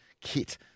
kit